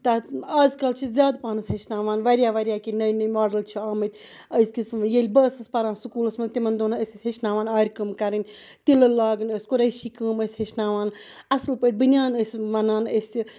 تتھ آز کل چھِ زیادٕ پَہنتھ ہیٚچھناوان واریاہ واریاہ کہِ نٔے نٔے ماڈَل چھِ آمٕتۍ أزکِس ییٚلہِ بہٕ ٲسٕس پَران سکوٗلَس منٛز تِمن دۄہن ٲسۍ اَسہِ ہیٚچھناوان آرِ کٲم کرٕنۍ تِلہٕ لٲگٕنۍ ٲسۍ کُریشی کٲم ٲسۍ ہیٚچھناوان اَصٕل پٲٹھۍ بٔنیان ٲسۍ وۄنان اسۍ سہِ